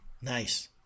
Nice